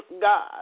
God